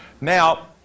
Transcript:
Now